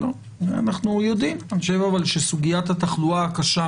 אנחנו יודעים את זה אבל אני חושב שסוגיית התחלואה הקשה